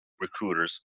recruiters